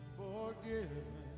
forgiven